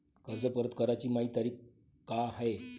कर्ज परत कराची मायी तारीख का हाय?